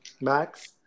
Max